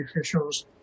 officials